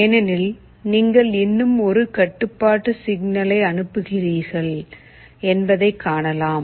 ஏனெனில் நீங்கள் இன்னும் ஒரு கட்டுப்பாட்டு சிக்னலை அனுப்புகிறீர்கள் என்பதை காணலாம்